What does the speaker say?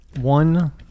one